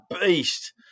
beast